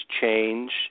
change